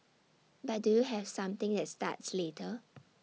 but do you have something that starts later